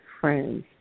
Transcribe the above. friends